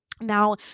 now